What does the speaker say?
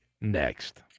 next